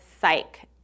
psych